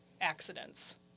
accidents